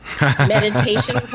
meditation